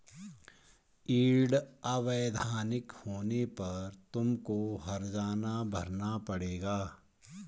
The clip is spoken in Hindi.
यील्ड अवैधानिक होने पर तुमको हरजाना भरना पड़ेगा